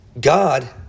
God